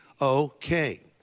okay